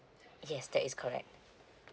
yes that is correct